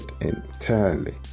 entirely